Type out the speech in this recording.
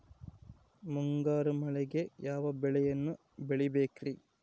ಮುಂಗಾರು ಮಳೆಗೆ ಯಾವ ಬೆಳೆಯನ್ನು ಬೆಳಿಬೇಕ್ರಿ?